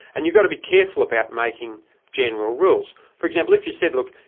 and you've got to be careful about making general rules. for example, if you said, look,